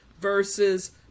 versus